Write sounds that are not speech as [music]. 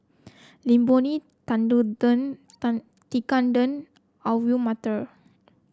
Imoni [unintelligible] Tekkadon Alu Matar